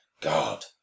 God